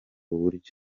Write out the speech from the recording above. buryo